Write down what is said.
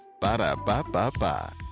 Ba-da-ba-ba-ba